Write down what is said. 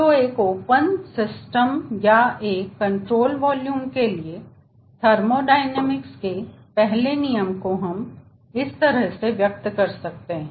तो एक open system या एक नियंत्रण वॉल्यूम के लिए थर्मोडायनेमिक्स के पहले नियम को इस तरह से व्यक्त किया जा सकता है